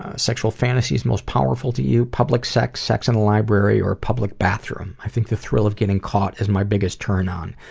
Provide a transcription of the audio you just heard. ah sexual fantasies most powerful to you? public sex, sex in a library or public bathroom. i think the thrill of getting caught is my biggest turn-on.